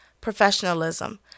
professionalism